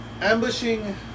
ambushing